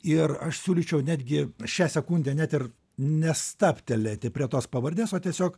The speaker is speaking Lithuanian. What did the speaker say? ir aš siūlyčiau netgi šią sekundę net ir nestabtelėti prie tos pavardės o tiesiog